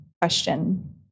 question